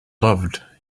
loved